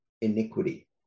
iniquity